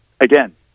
Again